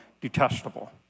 detestable